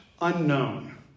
unknown